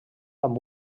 amb